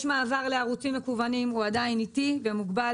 יש מעבר לערוצים מקוונים שהוא עדיין איטי ומוגבל